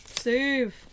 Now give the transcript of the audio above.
Save